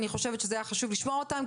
היה חשוב לשמוע אותם,